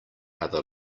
other